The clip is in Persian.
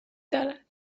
دارد